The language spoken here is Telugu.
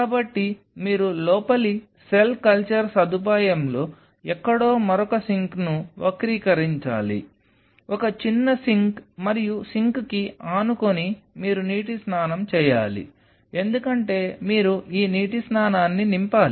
కాబట్టి మీరు లోపలి సెల్ కల్చర్ సదుపాయంలో ఎక్కడో మరొక సింక్ను వక్రీకరించాలి ఒక చిన్న సింక్ మరియు సింక్కి ఆనుకుని మీరు నీటి స్నానం చేయాలి ఎందుకంటే మీరు ఈ నీటి స్నానాన్ని నింపాలి